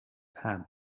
ham